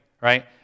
right